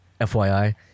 FYI